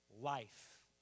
life